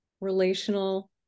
relational